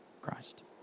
Christ